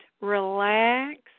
relax